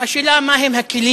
השאלה מהם הכלים